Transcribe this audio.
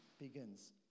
begins